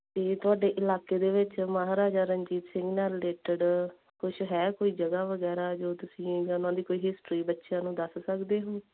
ਕੀ ਤੁਹਾਡੇ ਇਲਾਕੇ ਦੇ ਵਿੱਚ ਮਹਾਰਾਜਾ ਰਣਜੀਤ ਸਿੰਘ ਨਾਲ ਰਿਲੇਟਿਡ ਕੁਛ ਹੈ ਕੋਈ ਜਗ੍ਹਾ ਵਗੈਰਾ ਜੋ ਤੁਸੀਂ ਜਾਂ ਉਹਨਾਂ ਦੀ ਕੋਈ ਹਿਸਟਰੀ ਬੱਚਿਆਂ ਨੂੰ ਦੱਸ ਸਕਦੇ ਹੋ